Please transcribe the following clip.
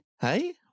hey